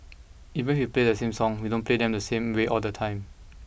even if we play the same songs we don't play them the same way all the time